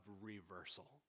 reversal